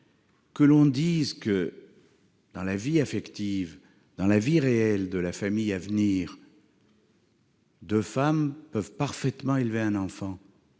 pour dire que, dans la vie affective, dans la vie réelle de la famille à venir, deux femmes peuvent parfaitement élever un enfant,